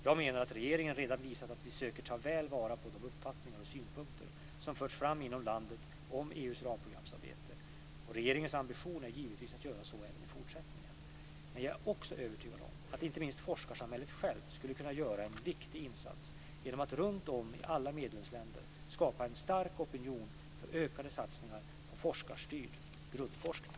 Jag menar att regeringen redan visat att vi söker ta väl vara på de uppfattningar och synpunkter som förts fram inom landet om EU:s ramprogramsarbete och regeringens ambition är givetvis att göra så även i fortsättningen. Men jag är också övertygad om att inte minst forskarsamhället självt skulle kunna göra en viktig insats genom att runt om i alla medlemsländer skapa en stark opinion för ökade satsningar på forskarstyrd grundforskning.